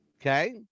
Okay